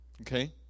Okay